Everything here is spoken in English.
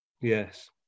Yes